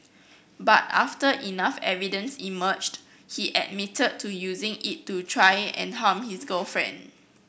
but after enough evidence emerged he admitted to using it to try and harm his girlfriend